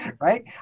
right